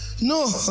No